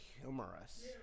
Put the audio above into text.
humorous